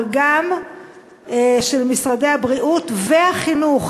אבל גם של משרדי הבריאות והחינוך,